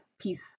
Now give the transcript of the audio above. Peace